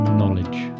knowledge